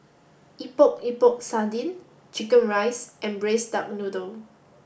epok epok sardin chicken rice and braised duck noodle